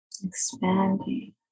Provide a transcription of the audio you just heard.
expanding